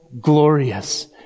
glorious